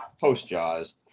post-jaws